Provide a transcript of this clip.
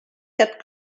cat